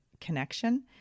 connection